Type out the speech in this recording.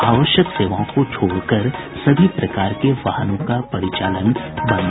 आवश्यक सेवाओं को छोड़कर सभी प्रकार के वाहनों का परिचालन रहेगा बंद